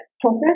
process